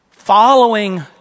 following